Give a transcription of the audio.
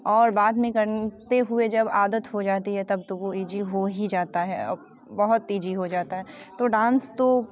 और बाद में करते हुए जब आदत हो जाती है तब तो वो इजी हो ही जाता है और बहुत ईजी हो जाता है तो डांस तो